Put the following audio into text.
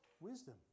wisdom